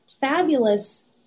fabulous